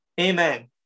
Amen